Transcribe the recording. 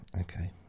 Okay